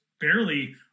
barely